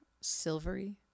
silvery